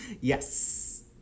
Yes